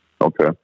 Okay